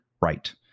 right